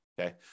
okay